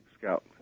scout